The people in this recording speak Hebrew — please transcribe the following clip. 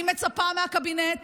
אני מצפה מהקבינט